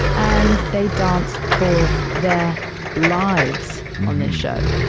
and they dance for their lives on this show.